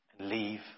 Leave